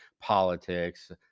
politics